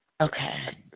Okay